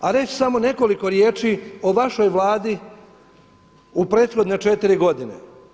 A reći ću samo nekoliko riječi o vašoj vladi u prethodne četiri godine.